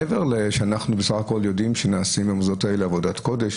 מעבר לזה שאנחנו בסך הכול יודעים שנעשים במוסדות האלה עבודת קודש,